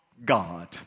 God